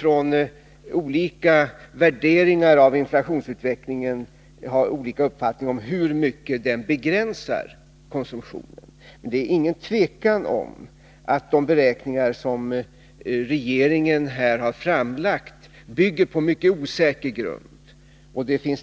grund av olika värderingar av inflationsutvecklingen ha olika uppfattningar om hur mycket denna utveckling kan komma att begränsa konsumtionen. Det råder inget tvivel om att regeringens beräkningar bygger på en mycket osäker grund.